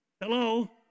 Hello